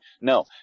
No